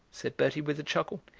said bertie with a chuckle.